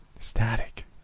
Static